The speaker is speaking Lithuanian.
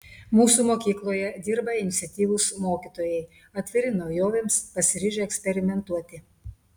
mūsų mokykloje dirba iniciatyvūs mokytojai atviri naujovėms pasiryžę eksperimentuoti